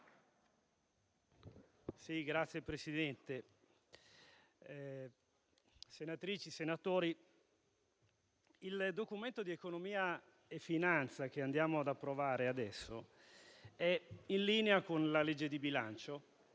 il Documento di economia e finanza che andiamo ad approvare è in linea con la legge di bilancio